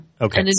Okay